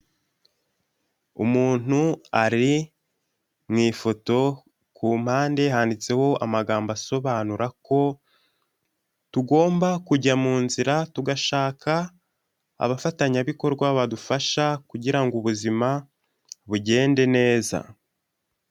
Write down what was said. Umuntu ari mu ifoto, ku mpande handitseho amagambo asobanura ko tugomba kujya mu nzira, tugashaka abafatanyabikorwa badufasha kugira ngo ubuzima bugende neza.